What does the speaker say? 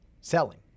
selling